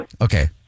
Okay